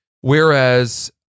Whereas